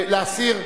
להסיר?